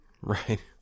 Right